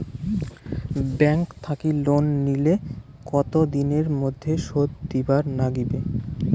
Bank থাকি loan নিলে কতো দিনের মধ্যে শোধ দিবার নাগিবে?